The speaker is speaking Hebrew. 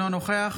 אינו נוכח